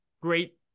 great